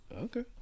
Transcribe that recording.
okay